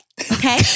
Okay